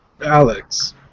Alex